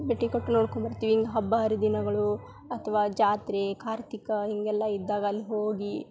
ಭೇಟಿ ಕೊಟ್ಟು ನೋಡ್ಕೊಂಡು ಬರ್ತೇವಿ ಇನ್ನು ಹಬ್ಬ ಹರಿದಿನಗಳು ಅಥ್ವಾ ಜಾತ್ರೆ ಖಾರತಿಕ್ಕ ಹೀಗೆಲ್ಲ ಇದ್ದಾವೆ ಅಲ್ಲಿ ಹೋಗಿ